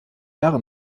jahre